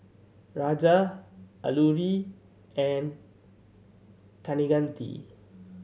Raja Alluri and Kaneganti